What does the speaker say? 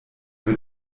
wird